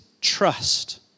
trust